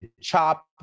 CHOP